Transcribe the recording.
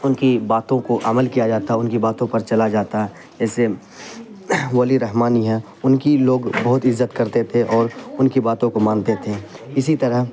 ان کی باتوں کو عمل کیا جاتا ہے ان کی باتوں پر چلا جاتا ہے جیسے ولی رحمانی ہیں ان کی لوگ بہت عزت کرتے تھے اور ان کی باتوں کو مانتے تھے اسی طرح